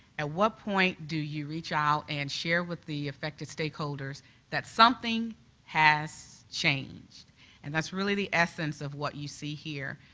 at what point do you reach out and share with the affected stakeholders that something has changed and that's really the essence of what you see here.